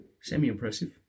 semi-impressive